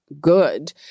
good